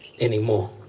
anymore